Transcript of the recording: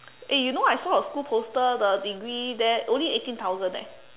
eh you know I saw a school poster the degree there only eighteen thousand eh